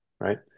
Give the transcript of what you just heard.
right